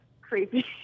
creepy